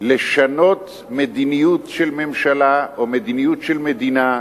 לשנות מדיניות של ממשלה או מדיניות של מדינה,